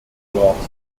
lords